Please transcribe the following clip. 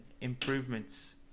improvements